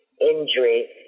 injury